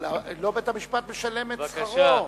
אבל לא בית-המשפט משלם את שכרו,